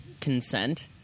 consent